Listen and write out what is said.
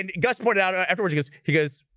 and got supported out afterward. he goes. he goes.